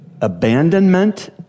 abandonment